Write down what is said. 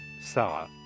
Sarah